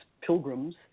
pilgrims